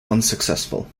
unsuccessful